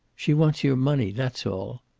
she wants your money. that's all.